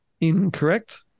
Incorrect